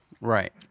Right